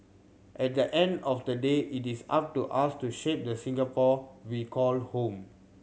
at the end of the day it is up to us to shape the Singapore we call home